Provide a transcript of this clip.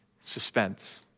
suspense